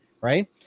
Right